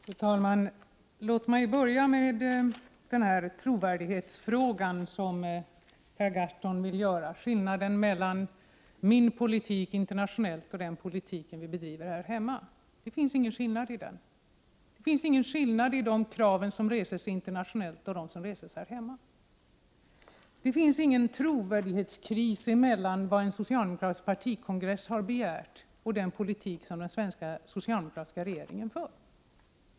Fru talman! Låt mig börja med denna trovärdighetsfråga som Per Gahrton talar om. Det handlar alltså om en eventuell skillnad mellan min politik internationellt och den politik som vi bedriver här hemma. Det finns inga skillnader i de krav som reses internationellt och de krav som reses här hemma. Det finns inte heller någon trovärdighetskris mellan vad en socialdemokratisk partikongress har begärt och den politik som den socialdemokratiska regeringen i Sverige för.